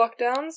lockdowns